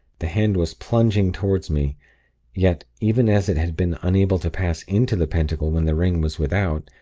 the hand was plunging toward me yet, even as it had been unable to pass into the pentacle when the ring was without,